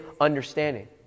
understanding